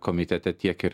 komitete tiek ir